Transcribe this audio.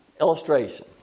illustration